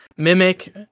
Mimic